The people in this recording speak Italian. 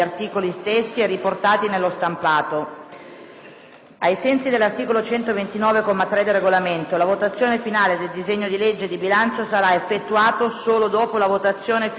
Ai sensi dell'articolo 129, comma 3, del Regolamento, la votazione finale del disegno di legge bilancio sarà effettuata solo dopo la votazione finale del disegno di legge finanziaria.